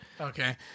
okay